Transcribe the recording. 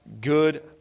good